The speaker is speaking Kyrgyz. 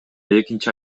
экинчи